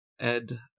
Ed